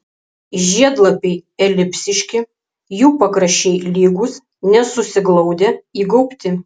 žiedlapiai elipsiški jų pakraščiai lygūs nesusiglaudę įgaubti